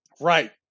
Right